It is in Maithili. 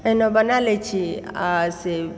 अहिना बना लैत छी आ से